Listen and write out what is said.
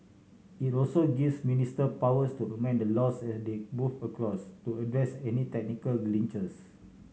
it also gives ministers powers to amend the laws as they move across to address any technical glitches